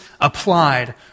applied